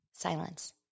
silence